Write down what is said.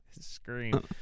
Scream